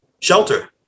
shelter